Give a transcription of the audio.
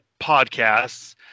podcasts